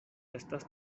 estas